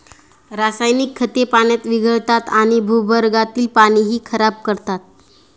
रासायनिक खते पाण्यात विरघळतात आणि भूगर्भातील पाणीही खराब करतात